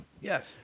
Yes